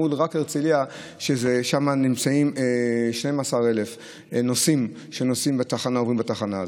מול הרצליה שם יש 12,000 נוסעים שעוברים בתחנה הזאת.